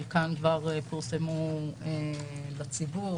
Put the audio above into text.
חלקן כבר פורסמו לציבור,